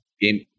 Game